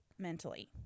mentally